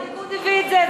אילו, והליכוד הביא את זה?